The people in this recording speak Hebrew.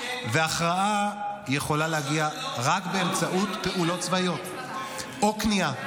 והכרעה יכולה להגיע רק באמצעות פעולות צבאיות או כניעה.